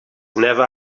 never